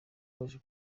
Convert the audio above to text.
baje